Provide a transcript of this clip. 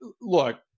Look